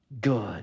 good